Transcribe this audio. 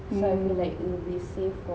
hmm